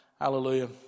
hallelujah